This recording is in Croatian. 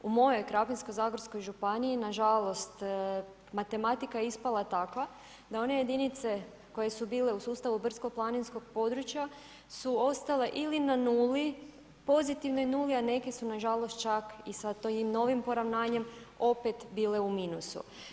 U mojoj Krapinsko-zagorskoj županiji, nažalost matematika je ispala takva da one jedinice koje su bile u sustavu brdsko-planinskog područja su ostale ili na nuli, pozitivnoj nuli a neke su nažalost čak i sa tim novim poravnanjem opet bile u minusu.